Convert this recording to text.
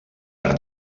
per